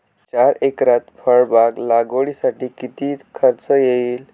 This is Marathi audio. चार एकरात फळबाग लागवडीसाठी किती खर्च येईल?